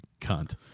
cunt